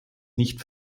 nicht